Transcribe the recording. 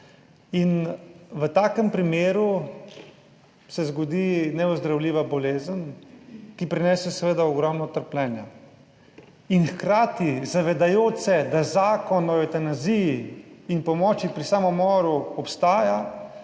In v takem primeru se zgodi neozdravljiva bolezen, ki prinese seveda ogromno trpljenja. In hkrati zavedajoč se, da zakon o evtanaziji in pomoči pri samomoru obstaja,